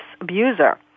abuser